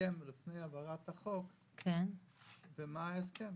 הסכם לפני העברת הסכם לפני העברת החוק ומה ההסכם.